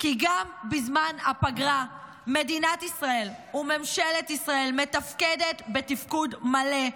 כי גם בזמן הפגרה מדינת ישראל וממשלת ישראל מתפקדת בתפקוד מלא: